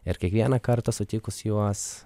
ir kiekvieną kartą sutikus juos